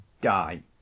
die